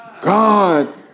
God